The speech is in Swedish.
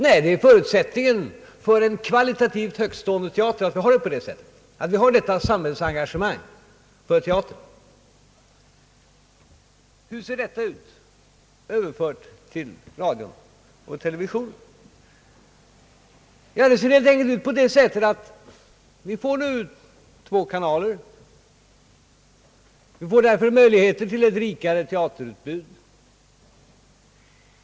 Nej, förutsätiningen för en kvalitativt högtstånde teater är att vi har detta samhällsengagemang för teatern. Hur ser nu detta ut överfört till radion och televisionen? Jo, vad som sker är helt enkelt att vi nu får två kanaler och därför möjligheter till ett rikare teaterutbud.